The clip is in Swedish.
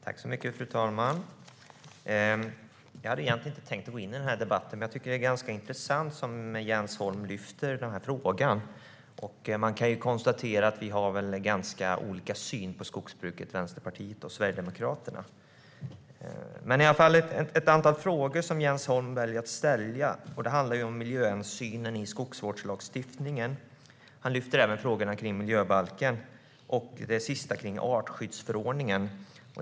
Fru talman! Jag hade egentligen inte tänkt att gå upp i den här debatten. Men jag tycker att frågan som Jens Holm lyfter fram är ganska intressant. Jag kan konstatera att vi har olika syn på skogsbruket, Vänsterpartiet och Sverigedemokraterna. Jens Holm ställer ett antal frågor. De handlar om miljöhänsynen i skogsvårdslagstiftningen. Han lyfter även fram miljöbalken och artskyddsförordningen.